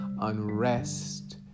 unrest